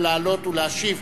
לעלות ולהשיב.